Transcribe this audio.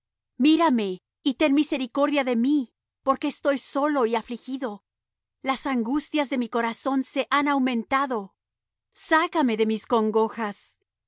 mírame y ten misericordia de mí porque estoy solo y afligido las angustias de mi corazón se han aumentado sácame de mis congojas